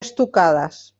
estucades